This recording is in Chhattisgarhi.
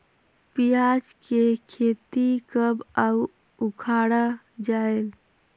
पियाज के खेती कब अउ उखाड़ा जायेल?